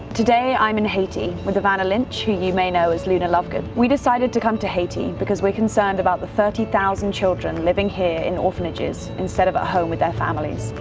today i'm in haiti with evanna lynch, who you may know as luna lovegood. we decided to come to haiti because we're concerned about the thirty thousand children living here in orphanages instead of at home with their families.